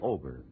Over